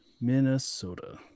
Minnesota